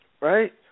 right